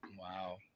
Wow